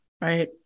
Right